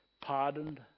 pardoned